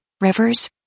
rivers